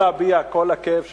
תוכל להביע את כל הכאב שלך,